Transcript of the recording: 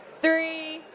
three,